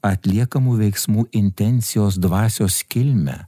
atliekamų veiksmų intencijos dvasios kilmę